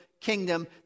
kingdom